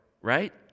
right